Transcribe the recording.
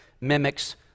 mimics